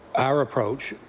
our approach,